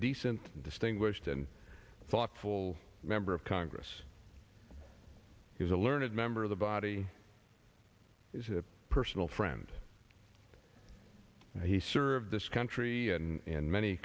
decent distinguished and thoughtful member of congress is a learned member of the body is a personal friend he served this country and many